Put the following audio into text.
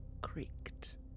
creaked